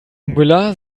müller